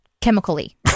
Chemically